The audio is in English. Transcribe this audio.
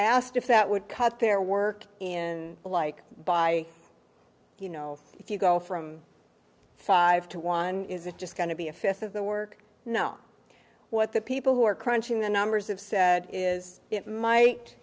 asked if that would cut their work in a like by you know if you go from five to one is it just going to be a fifth of the work know what the people who are crunching the numbers have said is it might